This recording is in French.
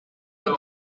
des